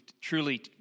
truly